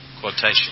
quotation